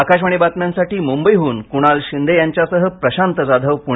आकाशवाणी बातम्यांसाठी मुंबईहून कुणाल शिंदे यांच्यासह प्रशांत जाधव पुणे